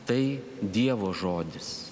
tai dievo žodis